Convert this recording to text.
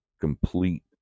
complete